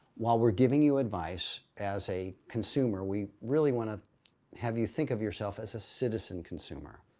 while we're giving you advice as a consumer, we really want to have you think of yourself as a citizen consumer.